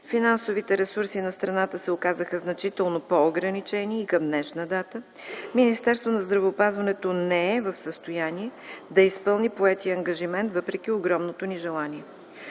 финансовите ресурси на страната се оказаха значително по-ограничени и към днешна дата Министерството на здравеопазването не е в състояние да изпълни поетия ангажимент, въпреки огромното ни желание.